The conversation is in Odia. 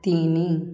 ତିନି